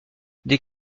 des